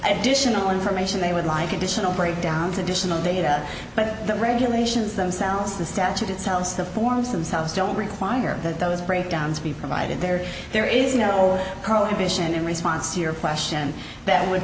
additional information they would like additional breakdowns additional data but the regulations themselves the statute itself the forms themselves don't require that those breakdowns be provided there there is no prohibition in response to your question that would